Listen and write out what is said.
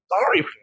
sorry